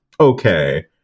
okay